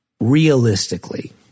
realistically